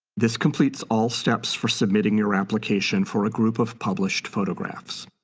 this completes all steps for submitting your application for a group of published photographs.